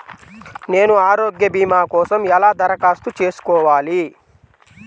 నేను ఆరోగ్య భీమా కోసం ఎలా దరఖాస్తు చేసుకోవాలి?